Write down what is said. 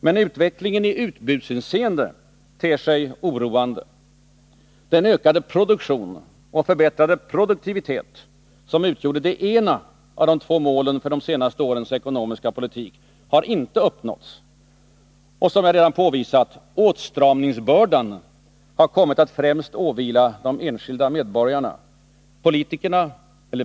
Men utvecklingen i utbudshänseende ter sig däremot mera oroande. Den ökade produktion och förbättrade produktivitet som utgjorde det ena av de två målen för de senaste årens ekonomiska politik har inte uppnåtts. Och — som jag redan påvisat — ”åtstramningsbördan” har kommit att främst åvila de enskilda medborgarna.